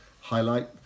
highlight